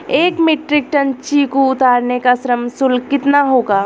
एक metric ton चीकू उतारने का श्रम शुल्क कितना होगा?